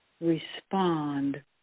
respond